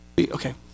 Okay